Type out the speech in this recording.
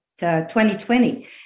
2020